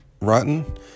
rotten